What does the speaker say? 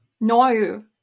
No